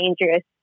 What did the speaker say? dangerous